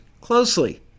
closely